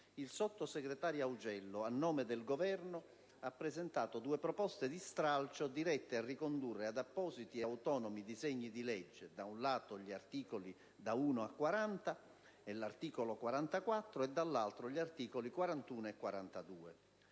il sottosegretario Augello, a nome del Governo, ha presentato due proposte di stralcio dirette a ricondurre ad appositi e autonomi disegni di legge, da un lato, gli articoli da 1 a 40 e l'articolo 44 e, dall'altro, gli articoli 41 e 42.